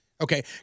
okay